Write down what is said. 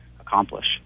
accomplish